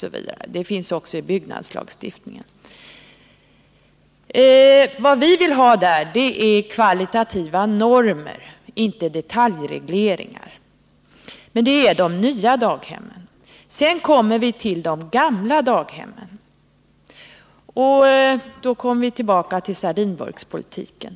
Det kan också gälla andra krav som byggnadslagstiftningen etc. motsätter sig. Vi vill ha kvalitativa normer, inte detaljregleringar. Men det gäller de nya daghemmen. När det gäller de gamla daghemmen får vi gå tillbaka till sardinburkspolitiken.